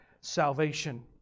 salvation